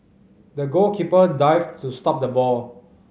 the goalkeeper dived to stop the ball